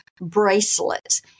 bracelets